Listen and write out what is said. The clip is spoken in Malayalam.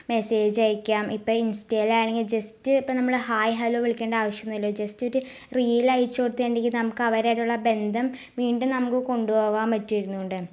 മെസേജ് അയക്കാം ഇപ്പം ഇൻസ്റ്റയിൽ ആണെങ്കിൽ ജസ്റ്റ് ഇപ്പം നമ്മൽ ഹായ് ഹലോ വിളിക്കേണ്ട ആവശ്യമൊന്നുമില്ല ജസ്റ്റ് ഒരു റീല് അയച്ച് കൊടുത്ത് ഉണ്ടെങ്കിൽ നമുക്ക് അവരായിട്ടുള്ള ബന്ധം വീണ്ടും നമുക്ക് കൊണ്ട് പോവാൻ പറ്റും ഇരുന്ന് കൊണ്ട്